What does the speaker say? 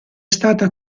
stata